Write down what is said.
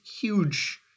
huge